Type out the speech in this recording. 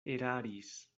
eraris